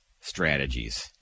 strategies